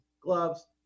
gloves